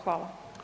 Hvala.